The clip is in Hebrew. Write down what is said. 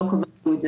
לא קבעו את זה.